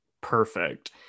perfect